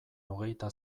hogeita